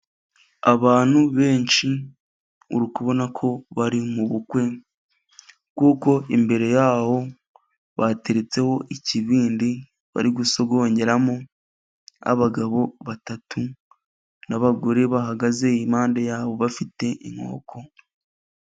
Abantu benshi uri kubona ko bari mu bukwe, kuko imbere ya ho bateretseho ikibindi bari gusogongeramo, abagabo batatu n'abagore bahagaze impande ya bo, bafite inkoko.